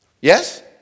Yes